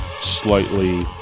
slightly